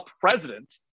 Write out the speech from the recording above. president